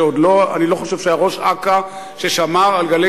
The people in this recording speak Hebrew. שאני לא חושב שהיה ראש אכ"א ששמר על "גלי